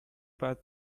path